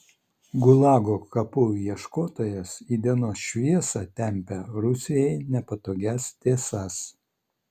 gulago kapų ieškotojas į dienos šviesą tempia rusijai nepatogias tiesas